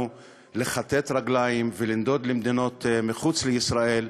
לכתת רגליים ולנדוד למדינות מחוץ לישראל,